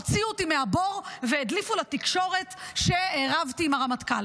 הוציאו אותי מהבור והדליפו לתקשורת שרבתי עם הרמטכ"ל.